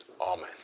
Amen